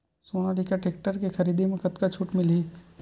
Sonalika tractor के खरीदी मा कतका छूट मीलही?